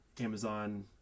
Amazon